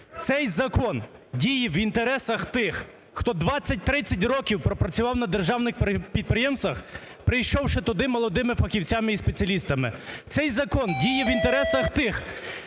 Цей закон дії в інтересах тих, хто 20-30 років пропрацював на державних підприємствах, прийшовши туди молодими фахівцями і спеціалістами. Цей закон діє в інтересах тих